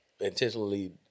intentionally